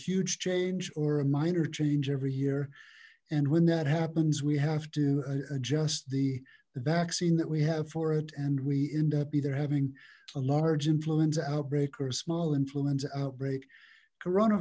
huge change or a minor change every year and when that happens we have to adjust the vaccine that we have for it and we end up either having a large influenza outbreak or a small influenza outbreak corona